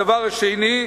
הדבר השני: